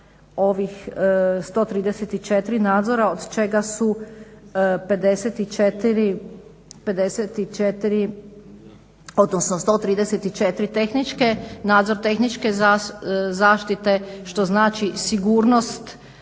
ovih 134 nadzora od čega su 54 odnosno 134 tehničke, nadzor tehničke zaštite što znači sigurnost